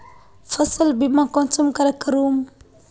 फसल बीमा कुंसम करे करूम?